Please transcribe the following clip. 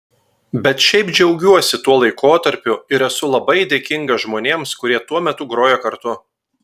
bet šiaip džiaugiuosi tuo laikotarpiu ir esu labai dėkingas žmonėms kurie tuo metu grojo kartu